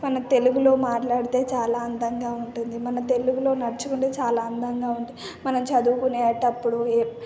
మన తెలుగులో మాట్లాడితే చాలా అందంగా ఉంటుంది మన తెలుగులో నడుచుకుంటే చాలా అందంగా ఉంటుంది మనం చదువుకునేటప్పుడు